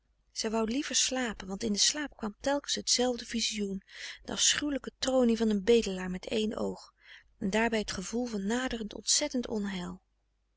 zij wou liever niet slapen want in den slaap kwam telkens t zelfde vizioen de afschuwefrederik van eeden van de koele meren des doods lijke tronie van een bedelaar met één oog en daarbij t gevoel van naderend ontzettend onheil